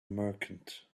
merchant